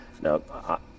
Now